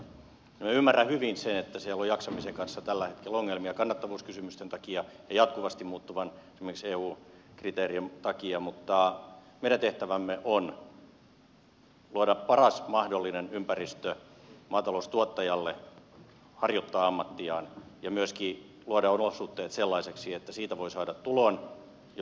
no minä ymmärrän hyvin sen että siellä on jaksamisen kanssa tällä hetkellä ongelmia kannattavuuskysymysten takia ja esimerkiksi jatkuvasti muuttuvien eu kriteerien takia mutta meidän tehtävämme on luoda paras mahdollinen ympäristö maataloustuottajalle harjoittaa ammattiaan ja myöskin luoda olosuhteet sellaisiksi että siitä voi saada tulon jolla pärjää